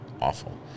awful